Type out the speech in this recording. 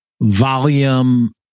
Volume